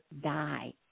die